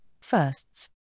Firsts